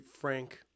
frank